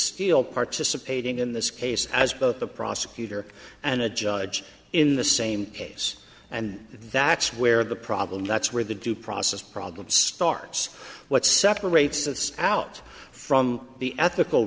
still participating in this case as both a prosecutor and a judge in the same case and that's where the problem that's where the due process problem starts what separates the out from the ethical